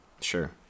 Sure